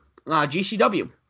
GCW